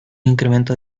incremento